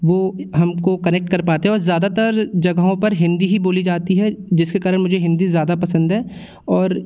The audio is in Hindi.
वो हम को कनेक्ट कर पाते हैं और ज़्यादातर जगहों पर हिंदी ही बोली जाती है जिस के कारण मुझे हिंदी ज़्यादा पसंद है और